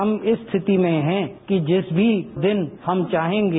हम इस स्थिति में हैं कि जिस भी दिन हम चाहेंगे